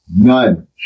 None